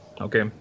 Okay